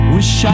Wish